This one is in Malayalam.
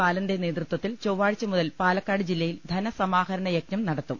ബാലന്റെ നേതൃത്വത്തിൽ ചൊവ്വാഴ്ച മുതൽ പാലക്കാട് ജില്ലയിൽ ധനസമാഹരണ യജഞം നടത്തും